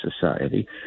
society